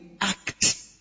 act